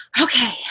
okay